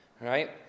right